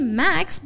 max